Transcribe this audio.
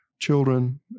Children